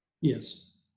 Yes